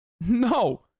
No